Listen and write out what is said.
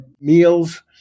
meals